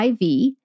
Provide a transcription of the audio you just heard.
IV